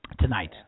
tonight